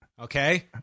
okay